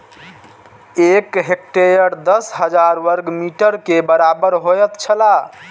एक हेक्टेयर दस हजार वर्ग मीटर के बराबर होयत छला